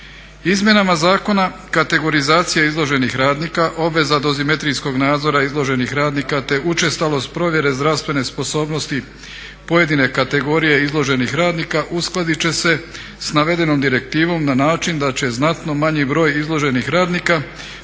Izmjenama zakona kategorizacija izloženih radnika, obveza dozimetrijskog nadzora izloženih radnika, te učestalost provjere zdravstvene sposobnosti pojedine kategorije izloženih radnika uskladit će se sa navedenom direktivom na način da će znatno manji broj izloženih radnika